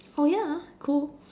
oh ya ah cool